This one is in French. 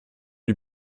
lui